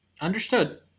Understood